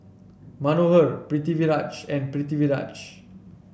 Manohar Pritiviraj and Pritiviraj